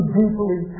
deeply